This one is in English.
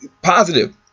positive